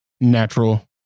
natural